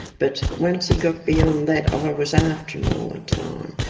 but once he got beyond that ah i was after him all the time.